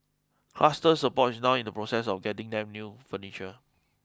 cluster support is now in the process of getting them new furniture